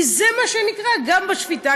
כי זה מה שנקבע גם בשפיטה,